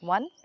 One